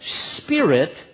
spirit